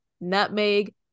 nutmeg